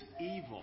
evil